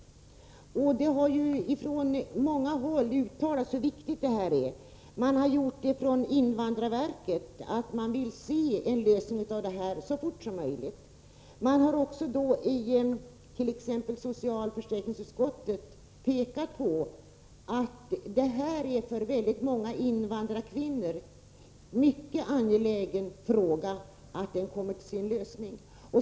Det har från många håll uttalats hur viktigt detta är. Bl. a. har man från invandrarverket sagt att man vill se en lösning så snart som möjligt. Socialförsäkringsutskottet har framhållit att det är mycket angeläget för väldigt många invandrarkvinnor att detta problem blir löst.